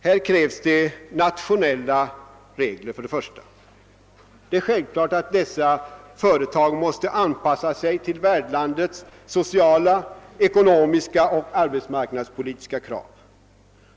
Här krävs det först och främst nationella regler. Det är självklart att dessa företag måste anpassa sig till värdlandets sociala, ekonomiska och arbetsmarknadspolitiska krav.